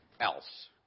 else